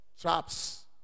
traps